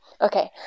Okay